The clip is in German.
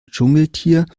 dschungeltier